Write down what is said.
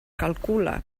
calcula